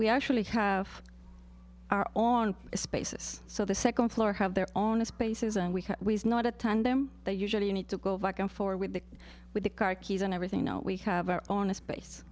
we actually have a spaces so the second floor have their own spaces and we can not attend them they usually need to go back and forth with the with the car keys and everything now we have our own space